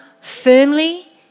firmly